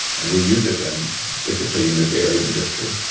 and we use it and basically in the dairy industry.